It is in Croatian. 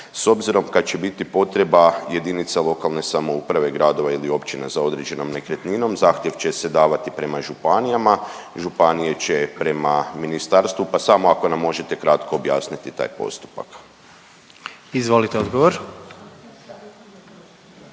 S obzirom kad će biti potreba jedinice lokalne samouprave, gradova ili općina za određenom nekretninom zahtjev će se davati prema županijama, županije će prema ministarstvu pa samo ako nam možete kratko objasniti taj postupak. **Jandroković,